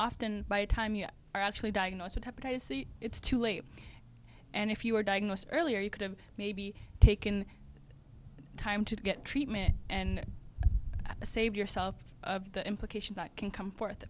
often by the time you are actually diagnosed with hepatitis c it's too late and if you were diagnosed earlier you could have maybe taken time to get treatment and save yourself the implication that can come forth